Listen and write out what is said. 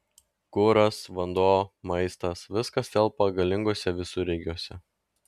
kuras vanduo maistas viskas telpa galinguose visureigiuose